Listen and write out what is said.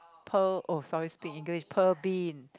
pearl oh sorry speak English pearl bean